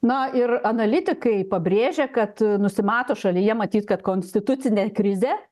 na ir analitikai pabrėžia kad nusimato šalyje matyt kad konstitucinė krizė